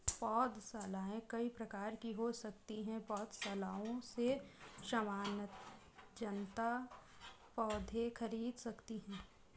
पौधशालाएँ कई प्रकार की हो सकती हैं पौधशालाओं से सामान्य जनता पौधे खरीद सकती है